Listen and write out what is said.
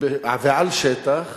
ועל שטח